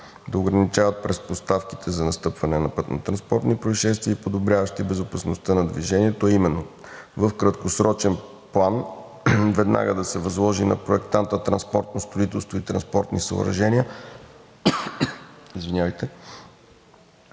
да ограничават предпоставките за настъпване на пътнотранспортни произшествия и подобряващи безопасността на движението, а именно: В краткосрочен план – веднага да се възложи на проектант „Транспортно строителство и транспортни съоръжения“ да